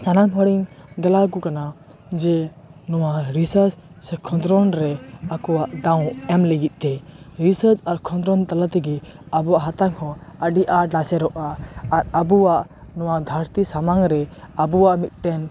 ᱥᱟᱱᱟᱢ ᱦᱚᱲᱤᱧ ᱫᱮᱞᱟ ᱟᱠᱚ ᱠᱟᱱᱟ ᱡᱮ ᱱᱚᱣᱟ ᱨᱤᱥᱟᱨᱪ ᱥᱮ ᱠᱷᱚᱸᱫᱽᱨᱚᱸᱫᱽ ᱨᱮ ᱟᱠᱚᱭᱟᱜ ᱫᱟᱣ ᱮᱢ ᱞᱟᱹᱜᱤᱫ ᱛᱮ ᱨᱤᱥᱟᱨᱪ ᱟᱨ ᱠᱷᱚᱸᱫᱽᱨᱚᱸᱫᱽ ᱛᱟᱞᱟ ᱛᱮᱜᱮ ᱟᱵᱚᱭᱟᱜ ᱦᱟᱛᱟᱝ ᱦᱚᱸ ᱟᱹᱰᱤ ᱟᱸᱴ ᱞᱟᱥᱮᱨᱚᱜᱼᱟ ᱟᱨ ᱟᱵᱚᱭᱟᱜ ᱱᱚᱣᱟ ᱫᱷᱟᱹᱨᱛᱤ ᱥᱟᱢᱟᱝ ᱨᱮ ᱟᱵᱚᱭᱟᱜ ᱢᱤᱫᱴᱮᱱ